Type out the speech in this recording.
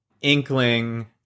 inkling